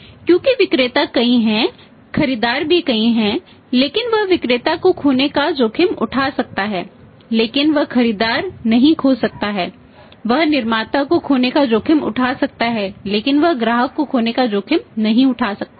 क्योंकि विक्रेता कई हैं खरीदार भी कई हैं लेकिन वह विक्रेता को खोने का जोखिम उठा सकता है लेकिन वह खरीदार नहीं खो सकता है या वह निर्माता को खोने का जोखिम उठा सकता है लेकिन वह ग्राहक को खोने का जोखिम नहीं उठा सकता है